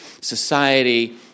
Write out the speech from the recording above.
society